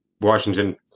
Washington